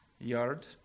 yard